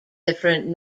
different